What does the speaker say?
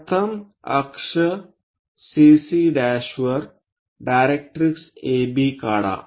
प्रथम अक्ष CC' वर डायरेक्ट्रिक्स AB काढा